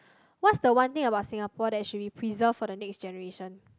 what's the one thing about Singapore that should we preserve for the next generation